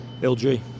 LG